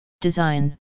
Design